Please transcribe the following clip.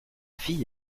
fille